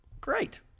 Great